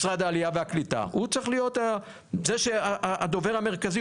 משרד העלייה והקליטה הוא צריך להיות הדובר המרכזי.